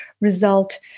result